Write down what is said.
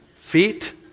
Feet